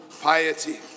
piety